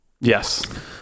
Yes